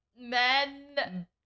Men